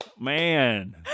Man